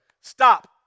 Stop